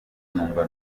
numva